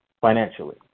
financially